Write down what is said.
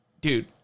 dude